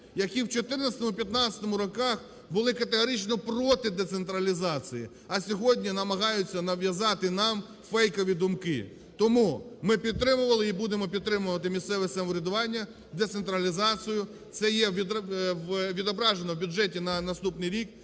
які в 2014-му, в 2015-му роках були категорично проти децентралізації, а сьогодні намагаються нав'язати нам фейкові думки. Тому ми підтримували і будемо підтримувати місцеве самоврядування, децентралізацію. Це є відображено в бюджеті на наступний рік.